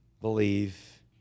believe